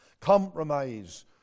compromise